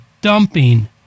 dumping